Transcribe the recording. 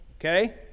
okay